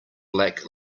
black